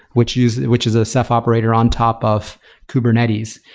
which is which is a ceph operator on top of kubernetes.